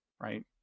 right